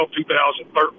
2013